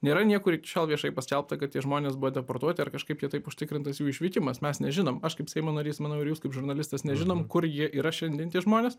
nėra niekur iki šiol viešai paskelbta kad tie žmonės buvo deportuoti ar kažkaip kitaip užtikrintas jų išvykimas mes nežinom aš kaip seimo narys manau ir jūs kaip žurnalistas nežinom kur jie yra šiandien tie žmonės